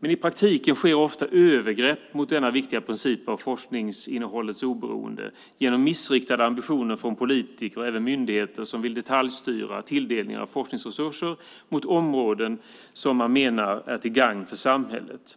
Men i praktiken sker ofta övergrepp mot denna viktiga princip i fråga om forskningsinnehållets oberoende genom missriktade ambitioner från politiker eller myndigheter som vill detaljstyra tilldelningen av forskningsresurser mot områden som man menar är till gagn för samhället.